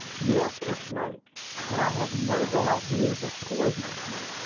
yes, a snake and i have no doubt he is a poisonous one,